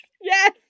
yes